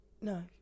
No